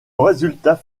résultat